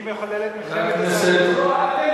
והיא מחוללת מלחמת אזרחים,